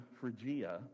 Phrygia